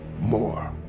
more